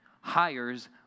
hires